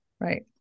Right